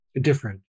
different